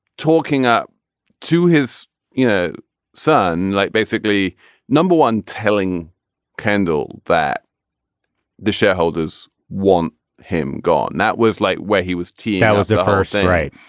talking up to his you know son like basically no one telling kendall that the shareholders want him gone and that was like where he was t ah was a first. right.